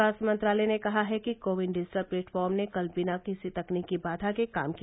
स्वास्थ्य मंत्रालय ने कहा है कि कोविन डिजिटल प्लेटफॉर्म ने कल बिना किसी तकनीकी बाधा के काम किया